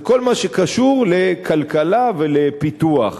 זה כל מה שקשור לכלכלה ולפיתוח.